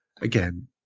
again